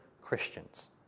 Christians